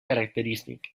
característic